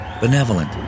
benevolent